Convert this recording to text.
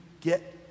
get